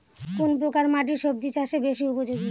কোন প্রকার মাটি সবজি চাষে বেশি উপযোগী?